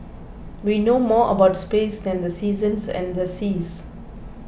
we know more about space than the seasons and the seas